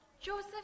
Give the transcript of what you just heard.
joseph